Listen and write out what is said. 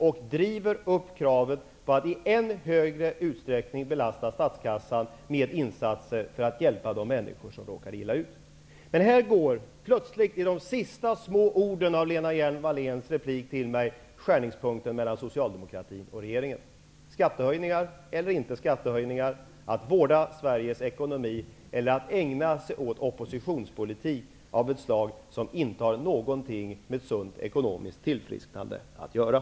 Dessutom ökar de kravet på en ännu större belastning av statskassan i form av insatser för de människor som råkar illa ut. Allra sist i Lena Hjelm-Walléns replik till mig finner vi plötsligt skärningspunkten när det gäller Socialdemokraternas resp. regeringens politik. Det är fråga om skattehöjningar eller inte skattehöjningar, om att vårda Sverige ekonomi eller att ägna sig åt oppositionspolitik av ett slag som inte har någonting med sunt ekonomiskt tillfrisknande att göra.